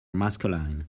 masculine